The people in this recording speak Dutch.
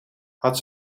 had